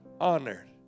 honored